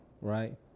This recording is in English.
right